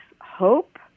hope